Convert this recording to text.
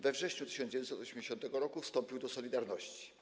We wrześniu 1980 r. wstąpił do „Solidarności”